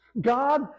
God